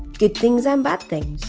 good things and bad things.